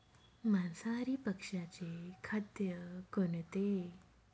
मांसाहारी पक्ष्याचे खाद्य कोणते?